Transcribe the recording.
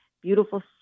beautiful